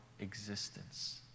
existence